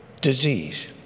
disease